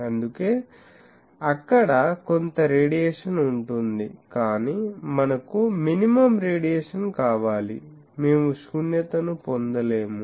అందుకే అక్కడ కొంత రేడియేషన్ ఉంటుంది కాని మనకు మినిమం రేడియేషన్ కావాలి మేము శూన్యతను పొందలేము